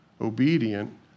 obedient